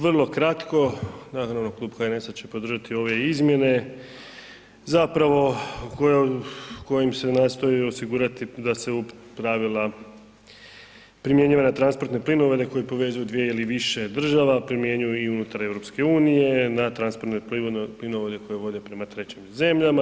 Vrlo kratko, naravno klub HNS-a će podržati ove izmjene, zapravo kojim se nastoji osigurati da se pravila primjenjivana na transportne plinove, da koji povezuju dvije ili više država, primjenjuju i unutar EU-a na transportnim plinovodima koji vode prema trećim zemljama.